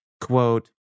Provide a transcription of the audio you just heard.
quote